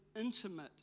intimate